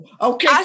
okay